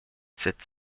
sept